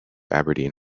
aberdeen